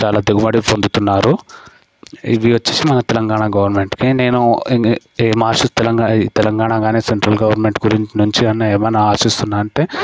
చాలా దిగుబడి పొందుతున్నారు ఇవి వచ్చేసి మన తెలంగాణ గవర్నమెంట్కి నేను ఇంక ఏ మాస్టర్ తెలంగాణ ఈ తెలంగాణ గానీ సెంట్రల్ గవర్నమెంట్ గురించి అన్న ఏమైనా ఆశిస్తున్నా అంటే